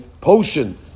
potion